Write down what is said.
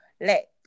let